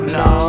no